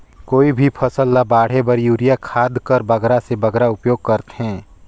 कोई भी फसल ल बाढ़े बर युरिया खाद कर बगरा से बगरा उपयोग कर थें?